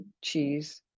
cheese